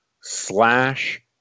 slash